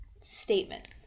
statement